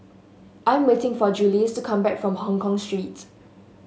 I am waiting for Juluis to come back from Hongkong Street